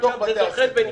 גם שם זה זוחל ונכנס.